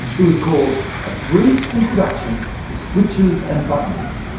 it was called a brief introduction to switches and buttons.